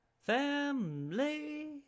family